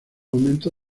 aumento